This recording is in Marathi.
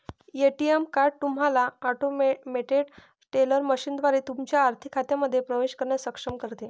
ए.टी.एम कार्ड तुम्हाला ऑटोमेटेड टेलर मशीनद्वारे तुमच्या आर्थिक खात्यांमध्ये प्रवेश करण्यास सक्षम करते